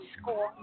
school